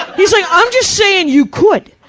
he's like, i'm just saying you could!